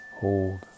hold